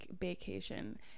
vacation